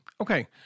Okay